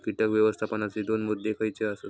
कीटक व्यवस्थापनाचे दोन मुद्दे खयचे आसत?